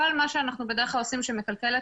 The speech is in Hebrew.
כל מה שאנחנו בדרך כלל עושים שמכלכל את